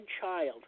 child